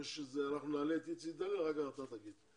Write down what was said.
אנחנו נעלה את איציק דניאל ואחר כך אתה תגיב.